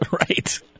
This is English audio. Right